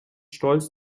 stolz